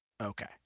Okay